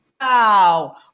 Wow